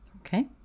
Okay